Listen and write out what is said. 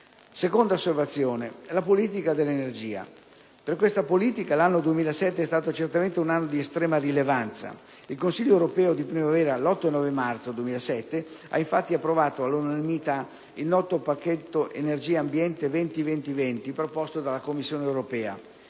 seconda osservazione riguarda la politica dell'energia. Per questa politica l'anno 2007 è certamente stato di estrema rilevanza. Il Consiglio europeo di primavera, l'8-9 marzo 2007, ha infatti approvato all'unanimità il noto pacchetto «energia-ambiente 20-20-20», proposto dalla Commissione europea.